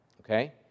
Okay